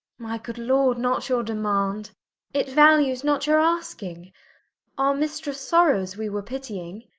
my good lord, not your demand it values not your asking our mistris sorrowes we were pittying